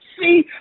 See